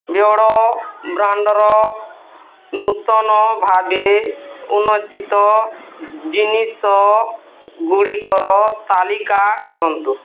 ବେୟର୍ଡ଼ୋ ବ୍ରାଣ୍ଡ୍ର ନୂତନ ଭାବେ ଉନ୍ମୋଚିତ ଜିନିଷ ଗୁଡ଼ିକର ତାଲିକା କରନ୍ତୁ